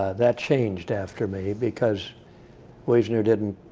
that changed after me, because wiesner didn't,